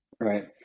right